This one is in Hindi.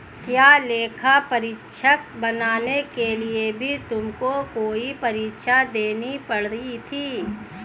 क्या लेखा परीक्षक बनने के लिए भी तुमको कोई परीक्षा देनी पड़ी थी?